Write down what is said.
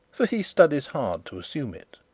for he studies hard to assume it.